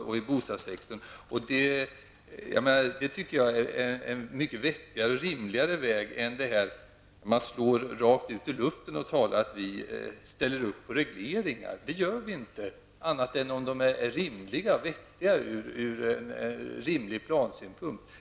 Det tycker jag är en mycket vettig och rimlig väg, men det betyder naturligtvis inte att det är berättigat att rakt ut i luften säga att vi ställer upp på regleringar. Det gör vi inte annat än om regerlingarna är rimliga och vettiga ur plansynpunkt.